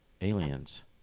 aliens